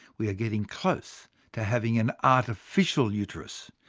we are getting close to having an artificial uterus.